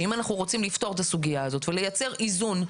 שאם אנחנו רוצים לפתור את הסוגיה הזאת ולייצר איזון,